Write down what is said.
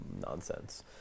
nonsense